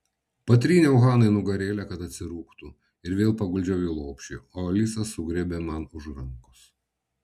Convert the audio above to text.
patryniau hanai nugarėlę kad atsirūgtų ir vėl paguldžiau į lopšį o alisa sugriebė man už rankos